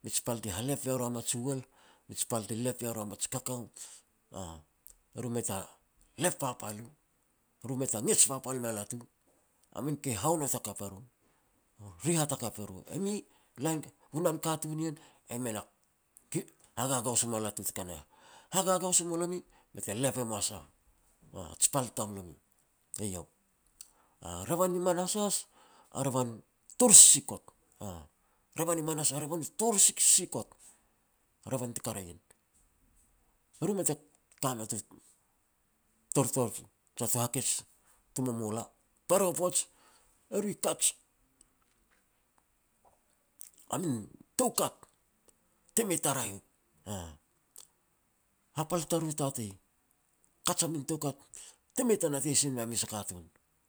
mij pal ti halep ia ru a maj uel, maj pal ti lep ia ru a maj kakao. E ru mei ta lep papal u, ru mei ta ngej papal mea latu, a min ka haunot hakap e ru, i rihat hakap e ru. E mi lain hunan katun nien, e mi na ha gagaos e mua latu te kana heh, hagagaos e mulomi be te lep e mua sah, a ji pal tamlomi, eiau. A revan ni manas has, a revan tor sisikot, aah, revan u tor sisikot. Revan te ka ria ien, e ru mei ta ka mea tu tortor jia tu hakej, tu momola. Para u poaj e ru i kaj a min toukat te mei ta raeh u, aah. Hapal i tatei kaj a min toukat, te mei ta natei sin mia mes a katun.